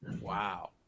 Wow